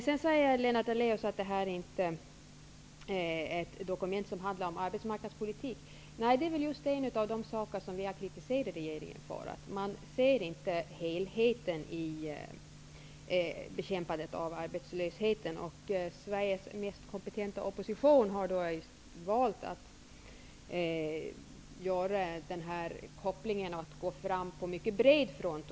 Lennart Daléus säger att detta inte är ett dokument som handlar om arbetsmarknadspolitik, och det är just en av de saker som vi har kritiserat regeringen för. Regeringen ser inte helheten i bekämpandet av arbetslösheten. Sveriges mest kompetenta opposition har då valt att gå fram på mycket bred front.